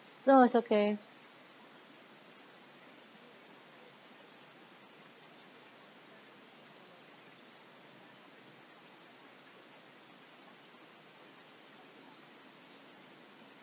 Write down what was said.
then all is okay